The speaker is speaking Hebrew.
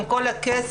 עם כל הכסף,